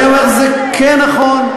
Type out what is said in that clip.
אני אומר: זה כן נכון.